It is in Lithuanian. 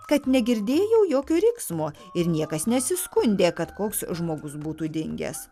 kad negirdėjau jokio riksmo ir niekas nesiskundė kad koks žmogus būtų dingęs